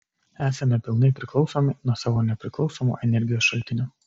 esame pilnai priklausomi nuo savo nepriklausomo energijos šaltinio